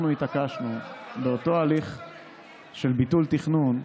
אנחנו התעקשנו באותו הליך של ביטול תכנון,